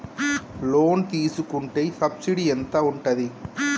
Loan తీసుకుంటే subsidy ఎంత ఉంటది?